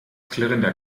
klirrender